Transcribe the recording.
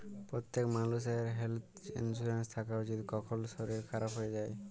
প্যত্তেক মালুষের health insurance থ্যাকা উচিত, কখল শরীর খারাপ হয়ে যায়